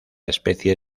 especie